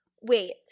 wait